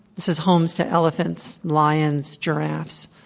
this is home to elephants, lions, giraffes,